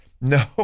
No